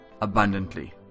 abundantly